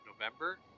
November